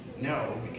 No